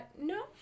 No